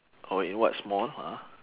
oh in what small a'ah